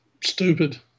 stupid